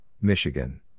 Michigan